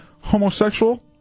homosexual